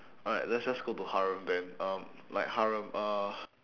alright let's just go to harem then um like harem uh